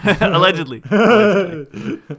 allegedly